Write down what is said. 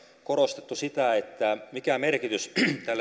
korostettu sitä mikä merkitys